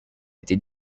été